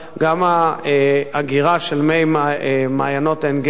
האגירה של מי מעיינות עין-גדי,